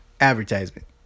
advertisement